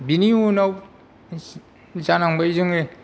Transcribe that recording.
बेनि उनाव जानांबाय जोङो